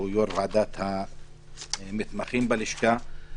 שהוא יושב-ראש ועדת המתמחים בלשכה.